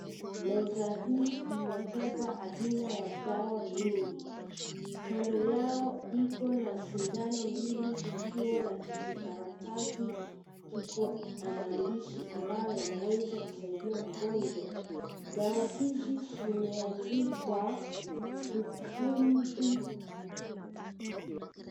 Meza hii imebeba aina ya dawa mingi. Kando yao iko na sindano mbili zikiwa na kijikaratasi. Kiko na maandishi ambayo yanaweza kusaidia mgonjwa. Dawa hizi zimeandikwa ukumbi.